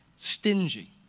Stingy